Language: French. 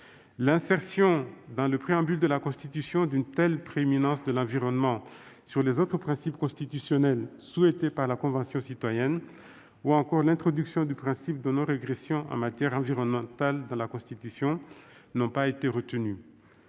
L'insertion dans le préambule de la Constitution d'une telle prééminence de l'environnement sur les autres principes constitutionnels, souhaitée par la Convention citoyenne, ou encore l'introduction du principe de non-régression en matière environnementale n'ont pas été retenues.